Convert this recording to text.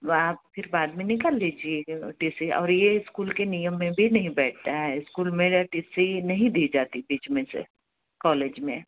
आप फ़िर बाद में निकाल लीजिएगा टी सी और यह स्कूल के नियम में भी नहीं बैठता है स्कूल में ये टी सी नहीं दी जाती बीच में से कॉलेज में